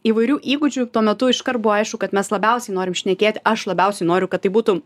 įvairių įgūdžių tuo metu iškart buvo aišku kad mes labiausiai norim šnekėti aš labiausiai noriu kad tai būtų